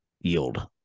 yield